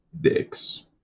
dicks